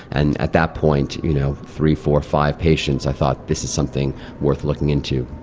and at that point, you know, three, four, five patients, i thought this is something worth looking into.